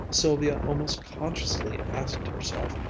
sylvia almost consciously asked herself,